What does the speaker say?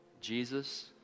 Jesus